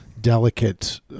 delicate